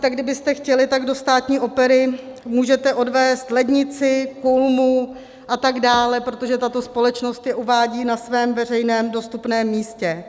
Tak kdybyste chtěli, tak do Státní opery můžete odvézt lednici, kulmu, a tak dále, protože tato společnost je uvádí na svém veřejném dostupném místě.